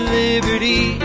liberty